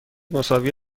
مساوی